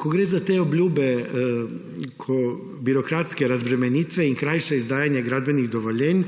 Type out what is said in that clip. Ko gre za te obljube za birokratske razbremenitve in krajše izdajanje gradbenih dovoljenj,